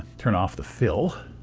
turn off the fill,